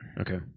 Okay